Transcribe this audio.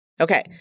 Okay